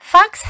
Fox